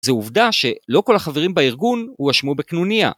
זה עובדה שלא כל החברים בארגון הואשמו בקנוניה.